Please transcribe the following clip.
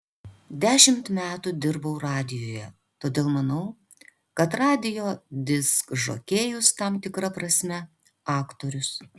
dešimt metų dirbau radijuje todėl manau kad radijo diskžokėjus tam tikra prasme aktorius